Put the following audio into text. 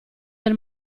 del